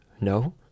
no